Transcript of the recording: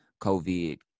COVID